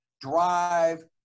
drive